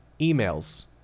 emails